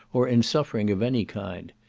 or in suffering of any kind.